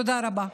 תודה רבה.